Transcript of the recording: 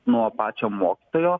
nuo pačio mokytojo